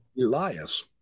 Elias